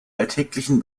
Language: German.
alltäglichen